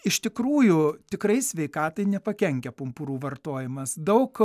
iš tikrųjų tikrai sveikatai nepakenkia pumpurų vartojimas daug